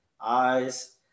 eyes